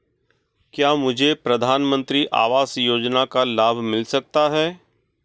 क्या मुझे प्रधानमंत्री आवास योजना का लाभ मिल सकता है?